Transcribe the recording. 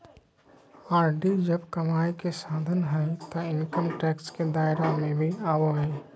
RD जब कमाई के साधन हइ तो इनकम टैक्स के दायरा में भी आवो हइ